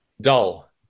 Dull